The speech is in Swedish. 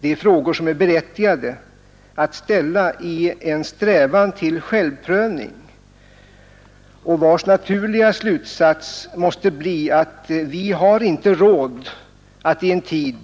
Det är frågor som är berättigade att ställa i en strävan till självprövning som är befogad i sammanhanget. Den naturliga slutsatsen måste bli att vi inte har råd att i en tid